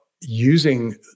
using